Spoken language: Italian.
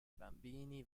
bambini